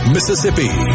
Mississippi